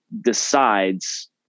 decides